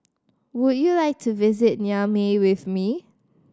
would you like to visit Niamey with me